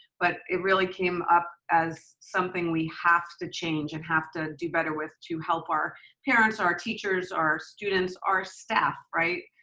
but it really came up as something we have to change and have to do better with to help our parents, our teachers, our students, our staff, right?